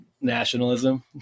nationalism